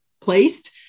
placed